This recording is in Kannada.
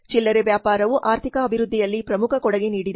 ಚಿಲ್ಲರೆ ವ್ಯಾಪಾರವು ಆರ್ಥಿಕ ಅಭಿವೃದ್ಧಿಯಲ್ಲಿ ಪ್ರಮುಖ ಕೊಡುಗೆ ನೀಡಿದೆ